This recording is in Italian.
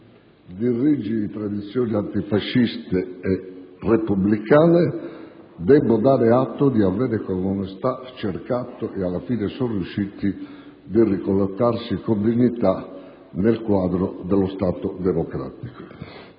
di rigide tradizioni antifasciste e repubblicane, debbo dare atto di avere con onestà cercato e alla fine essere riusciti a ricollocarsi con dignità nel quadro dello Stato democratico.